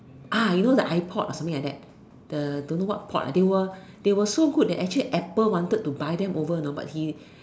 ah you know the iPod or something like that the don't know what pod they were they were so good that apple wanted to buy them over know but he